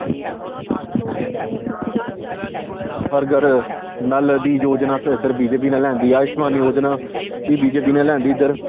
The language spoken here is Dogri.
ते जेह्ड़ा साढ़े इद्धर हर घर हर घर नल दी योजना अस इद्धर बीजेपी ने लेआंदी आयुश्मान योजना बी बीजेपी ने लेआंदी इद्धर